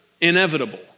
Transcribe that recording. inevitable